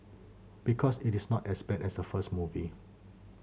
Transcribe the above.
because it is not as bad as a first movie